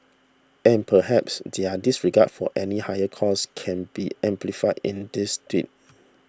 and perhaps their disregard for any higher cause can be amplified in this tweet